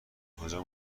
کجا